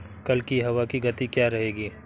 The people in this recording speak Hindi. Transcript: कल की हवा की गति क्या रहेगी?